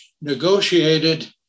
negotiated